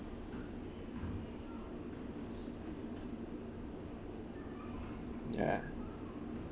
ya